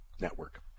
network